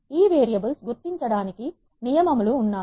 ఈ వేరియబుల్స్ గుర్తించడానికి నియమాలు ఉన్నాయి